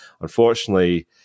Unfortunately